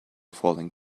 falling